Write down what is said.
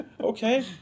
Okay